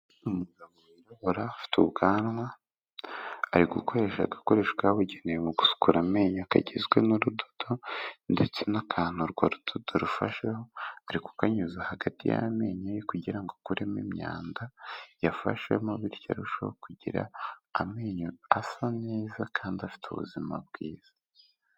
Y'umugabo wirabira afite ubwanwa ari gukoresha agakoresho kabugenewe mu gusukura amenyo kagizwe n'urudodo ndetse n'akantu urwo rudodo rufasheho , Ari kukanyuza hagati y'amenyo ye kugira ngo ukuremo imyanda . Yafashewemo bityo arushaho kugira amenyo asa neza kandi afite ubuzima bwiza.